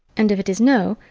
and if it is no,